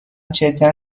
جدا